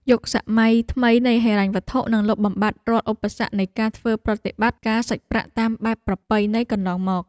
យុគសម័យថ្មីនៃហិរញ្ញវត្ថុនឹងលុបបំបាត់រាល់ឧបសគ្គនៃការធ្វើប្រតិបត្តិការសាច់ប្រាក់តាមបែបប្រពៃណីកន្លងមក។